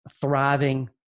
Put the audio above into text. thriving